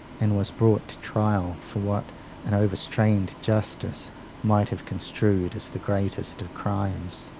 and was brought to trial for what an overstrained justice might have construed as the greatest of crimes.